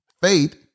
Faith